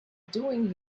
doing